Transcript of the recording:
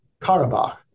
Karabakh